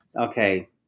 Okay